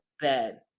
bed